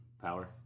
power